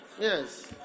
Yes